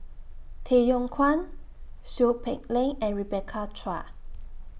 Tay Yong Kwang Seow Peck Leng and Rebecca Chua